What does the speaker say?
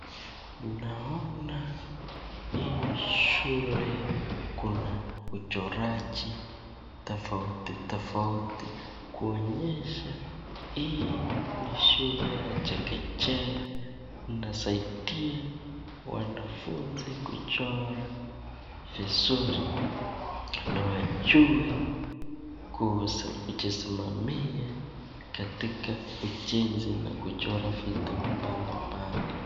Naona hii shule kuna uchoraji tofauti tofauti kuonyesha hii ni shule ya chekechea, inasaidai wanafunzi kuchora vizuri na wajue kuhusu kujisimamia katika ujensi na kuchora vitu mbali mbali.